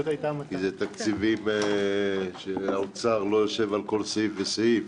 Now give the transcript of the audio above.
כי אלו תקציבים שהאוצר לא יושב על כל סעיף וסעיף,